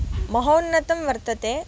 महोन्नतं वर्तते